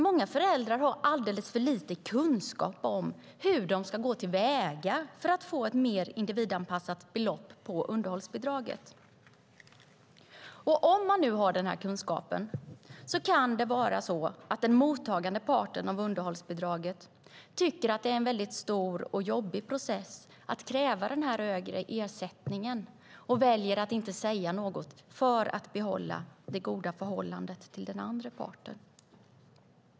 Många föräldrar har alldeles för lite kunskap om hur de ska gå till väga för att få ett mer individanpassat belopp på underhållsbidraget. Även om man har den kunskapen kan den mottagande parten av underhållsbidraget tycka att det är en stor och jobbig process att kräva den högre ersättningen och väljer att inte säga något för att behålla det goda förhållandet till den andra parten.